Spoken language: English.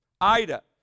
Ida